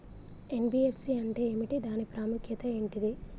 NBFC అంటే ఏమిటి దాని ప్రాముఖ్యత ఏంటిది?